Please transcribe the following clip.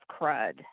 crud